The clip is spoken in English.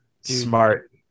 Smart